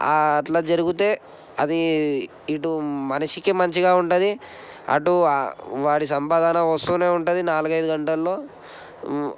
అట్ల జరిగితే అది ఇటు మనిషికి మంచిగా ఉంటుంది అటు వారి సంపాదన వస్తు ఉంటుంది నాలుగైదు గంటల్లో